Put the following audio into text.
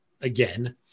again